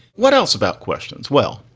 what else about questions, well,